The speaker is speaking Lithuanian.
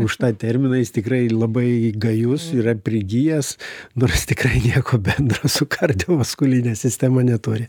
už tą terminą jis tikrai labai gajus yra prigijęs nors tikrai nieko bendro su kardiovaskuline sistema neturi